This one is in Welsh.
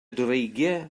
dreigiau